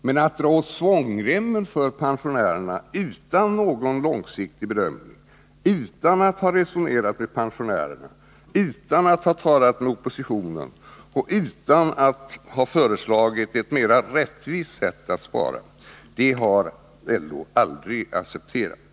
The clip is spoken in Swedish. Men att dra åt svångremmen för pensionärerna utan någon långsiktig bedömning, utan att ha resonerat med pensionärerna, utan att ha talat med oppositionen och utan att ha föreslagit ett mer rättvist sätt att spara — det har LO aldrig accepterat!